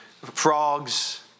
frogs